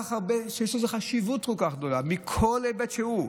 שיש לו חשיבות כל כך גדולה מכל היבט שהוא.